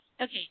Okay